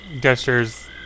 gestures